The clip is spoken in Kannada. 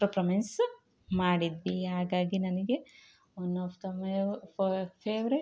ಪ್ರೊಪ್ರಮೆನ್ಸ್ ಮಾಡಿದ್ವಿ ಹಾಗಾಗಿ ನನಗೆ one of the my fav favourite